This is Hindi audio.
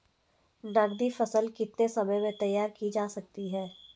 नगदी फसल कितने समय में तैयार की जा सकती है?